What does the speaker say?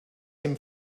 him